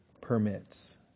permits